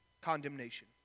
condemnation